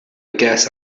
guess